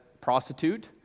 prostitute